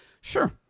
Sure